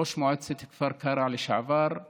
ראש מועצת כפר קרע לשעבר,